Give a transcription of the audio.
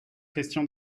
question